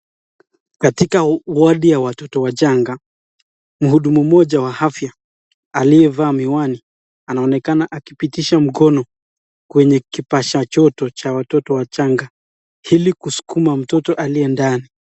Katika wodi ya watoto wachanga, mhudumu mmoja wa afya aliyevaa miwani anaonekana akipitisha mkono kwenye kipasha joto cha watoto wachanga, ili kusukuma mtoto aliye ndani.